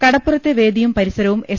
കടപ്പുറത്തെ വേദിയും പരിസരവും എസ്